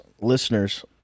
Listeners